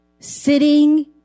sitting